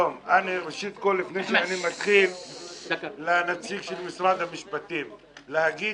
לפני שאני מתחיל אני רוצה להגיד לנציג של משרד המשפטים שלהגיד